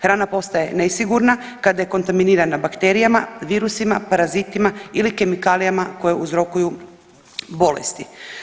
Hrana postaje nesigurna kada je kontaminirana bakterijama, virusima, parazitima ili kemikalijama koje uzrokuju bolesti.